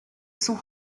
sont